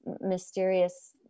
mysterious